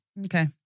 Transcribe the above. Okay